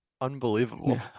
Unbelievable